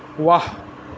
ৱাহ